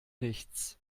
nichts